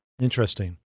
Interesting